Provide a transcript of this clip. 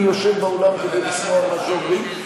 אני יושב באולם כדי לשמוע מה שאומרים,